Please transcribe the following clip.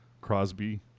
Crosby